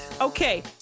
Okay